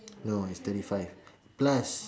no it's thirty five plus